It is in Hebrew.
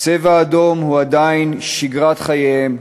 "צבע אדום" הוא עדיין שגרת חייהם.